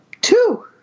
Two